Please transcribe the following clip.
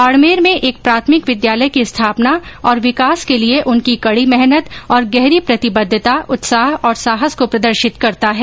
बाड़मेर में एक प्राथमिक विद्यालय की स्थापना और विकास के लिए उनकी कड़ी मेहनत और गहरी प्रतिबद्धता उत्साह और साहस को प्रदर्शित करता है